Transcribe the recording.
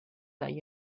that